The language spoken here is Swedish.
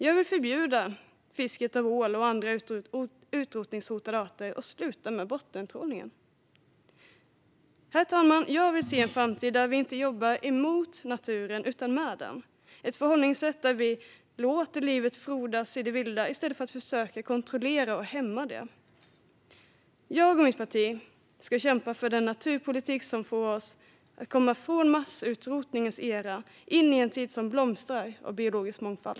Jag vill förbjuda fisket av ål och andra utrotningshotade arter och få slut på bottentrålningen. Herr talman! Jag vill se en framtid där vi inte jobbar mot naturen utan med den - ett förhållningssätt där vi låter livet frodas i det vilda i stället för att försöka kontrollera och hämma det. Jag och mitt parti ska kämpa för den naturpolitik som får oss att komma ifrån massutrotningens era och in i en tid som blomstrar av biologisk mångfald.